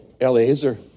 Eliezer